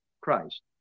Christ